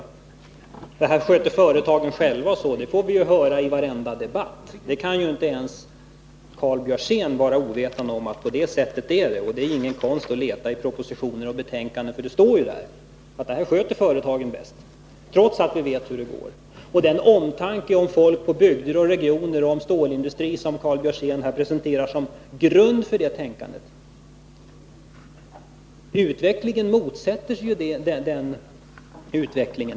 Att företagen sköter dessa frågor själva får vi höra i varenda debatt. Inte ens Karl Björzén kan vara ovetande om att det förhåller sig så. Det är också lätt att hitta sådana uttalanden i propositioner och betänkanden. Men vi vet ju hur visan går. Den omsorg om folk, bygder och regioner samt stålindustri som Karl Björzén presenterar som en grund för detta tänkande motsägs ju av utvecklingen.